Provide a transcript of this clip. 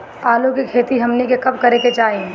आलू की खेती हमनी के कब करें के चाही?